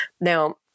Now